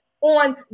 on